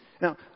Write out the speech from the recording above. Now